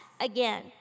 again